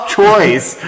choice